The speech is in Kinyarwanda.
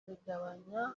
bigabanya